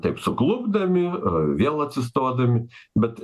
taip suklupdami vėl atsistodami bet